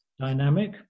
dynamic